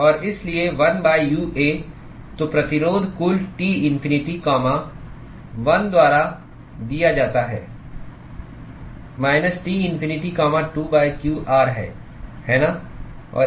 और इसलिए 1 UA तो प्रतिरोध कुल T इन्फिनिटी कॉमा 1 द्वारा दिया जाता है minus T infinity comma 2 q r है है ना